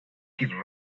kid